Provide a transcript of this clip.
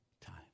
time